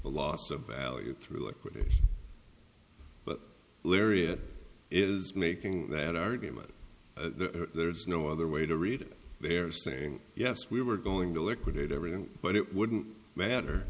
e loss of value through liquid but larry it is making that argument there's no other way to read it they're saying yes we were going to liquidate everything but it wouldn't matter